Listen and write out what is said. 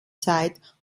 zeit